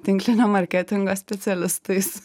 tinklinio marketingo specialistais